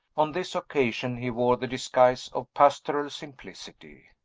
on this occasion he wore the disguise of pastoral simplicity.